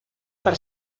per